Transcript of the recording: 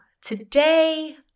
today